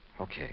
Okay